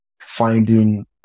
finding